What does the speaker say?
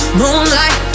moonlight